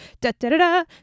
da-da-da-da